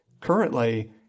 currently